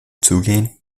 zugehen